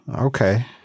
Okay